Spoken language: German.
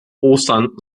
ostern